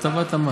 הטבת המס.